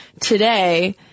today